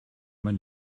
mein